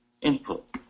input